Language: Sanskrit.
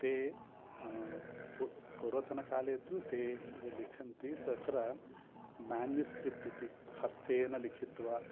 ते पूर्वतनकाले तु ते लिखन्ति तत्र म्यान्युस्क्रिप्ट् इति हस्तेन लिखित्वा